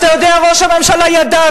שרת חוץ, אתה יודע, ראש הממשלה, ידעתי.